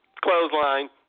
clothesline